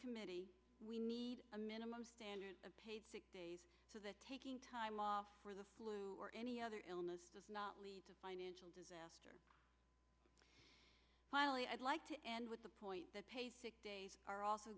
committee we need a minimum standard of paid sick days so the taking time off for the flu or any other illness does not lead to financial disaster finally i'd like to end with the point that paid sick days are also